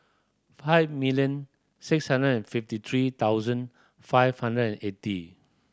five million six hundred and fifty three thousand five hundred and eighty